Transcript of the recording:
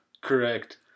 Correct